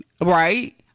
right